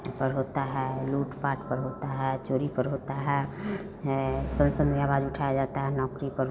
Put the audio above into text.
पर होता है लूट पाट पर होता है चोरी पर होता है है संसद में आवाज उठाया जाता है नौकरी पर